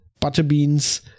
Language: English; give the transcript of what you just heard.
Butterbeans